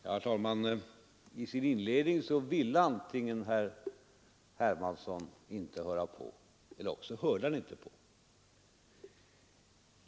Herr talman! Att döma av inledningen till herr Hermanssons anförande ville han antingen inte höra på eller också hörde han inte på.